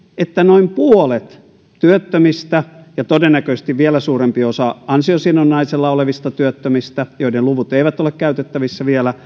että noin puolet työttömistä ja todennäköisesti vielä suurempi osa ansiosidonnaisella olevista työttömistä joiden luvut eivät ole vielä